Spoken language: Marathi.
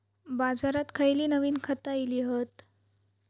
बाजारात खयली नवीन खता इली हत?